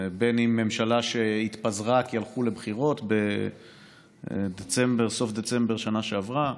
ממשלה שהתפזרה כי הלכו לבחירות בסוף דצמבר בשנה שעברה,